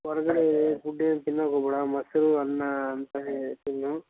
ಹೊರಗಡೆ ಫುಡ್ ಏನು ತಿನ್ನಾಕೆ ಹೋಗ್ಬೇಡ ಮೊಸರು ಅನ್ನ ಸರಿ ತಿನ್ನು